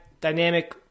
dynamic